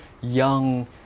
young